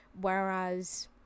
whereas